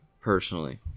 personally